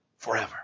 Forever